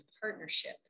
partnership